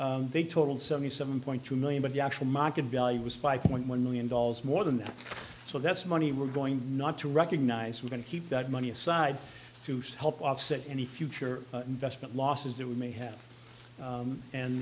assets they totaled seventy seven point two million but the actual market value was five point one million dollars more than that so that's money we're going not to recognize we're going to keep that money aside to say help offset any future investment losses that we may have